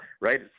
Right